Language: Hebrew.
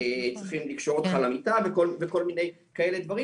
צריכים לקשור אותך למיטה' וכל מיני כאלה דברים,